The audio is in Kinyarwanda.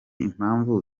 impamvu